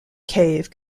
cave